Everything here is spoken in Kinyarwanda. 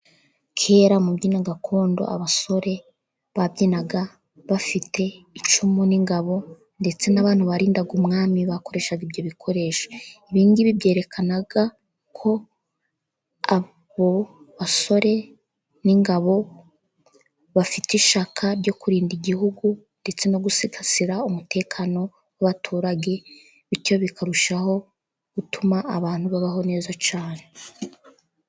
Kera mu mbyino gakondo, abasore babyinaga bafite icumu n'ingabo, ndetse n'abantu barindaga umwami bakoreshaga ibyo bikoresho. Ibi ngibi byerekanaga ko abo basore n'ingabo bafite ishyaka ryo kurinda igihugu, ndetse no gusigasira umutekano w'abaturage. Bityo bikarushaho gutuma abantu babaho neza cyane.